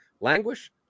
languish